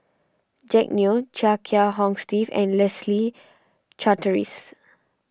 Jack Neo Chia Kiah Hong Steve and Leslie Charteris